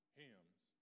hymns